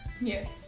Yes